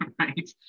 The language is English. right